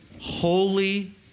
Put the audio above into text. Holy